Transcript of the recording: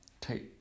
take